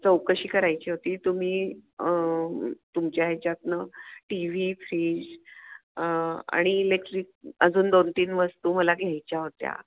चौकशी करायची होती तुम्ही तुमच्या ह्याच्यातून टी व्ही फ्रीज आणि इलेक्ट्रिक अजून दोन तीन वस्तू मला घ्यायच्या होत्या